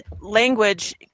language